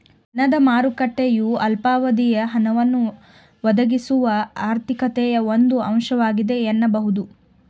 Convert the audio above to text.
ಹಣದ ಮಾರುಕಟ್ಟೆಯು ಅಲ್ಪಾವಧಿಯ ಹಣವನ್ನ ಒದಗಿಸುವ ಆರ್ಥಿಕತೆಯ ಒಂದು ಅಂಶವಾಗಿದೆ ಎನ್ನಬಹುದು